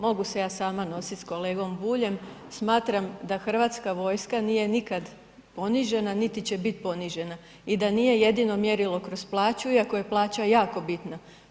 Mogu se ja sama nosit s kolegom Buljem, smatram da hrvatska vojska nije nikad ponižena niti će biti ponižena i da nije jedino mjerilo kroz plaću, iako je plaća jako bitna.